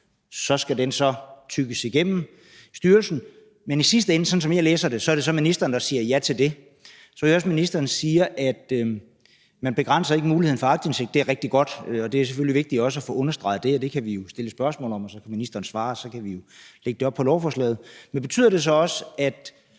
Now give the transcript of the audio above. Så skal den så tygges igennem af styrelsen. Men i sidste ende, sådan som jeg læser det, er det så ministeren, der siger ja til det. Så hører jeg også ministeren sige, at man ikke begrænser muligheden for aktindsigt. Det er rigtig godt, og det er selvfølgelig vigtigt også at få understreget det. Det kan vi jo stille spørgsmål om, og så kan ministeren svare, og så kan vi lægge det op på lovforslaget. Men betyder det så også, at